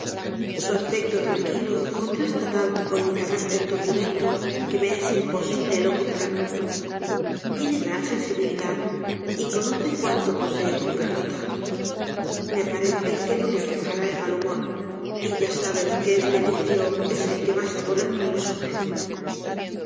su aspecto tranquilo contrasta tanto con mi carácter turbulento que me es imposible el ocultarlo tiene graw sensibilidad y conoce cuánto posee con carlota me parece que no le aquejará el mal humor y ya sabes que este vicio es el que mas aborrezco en los